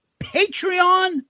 Patreon